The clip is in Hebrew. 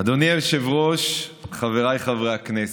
אדוני היושב-ראש, חבריי חברי הכנסת,